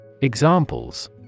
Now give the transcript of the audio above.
Examples